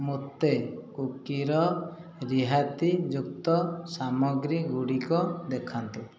ମୋତେ କୁକିର ରିହାତିଯୁକ୍ତ ସାମଗ୍ରୀଗୁଡ଼ିକ ଦେଖାନ୍ତୁ